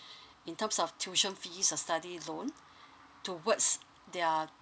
in terms of tuition fees or study loan towards their